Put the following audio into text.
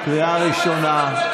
קריאה ראשונה.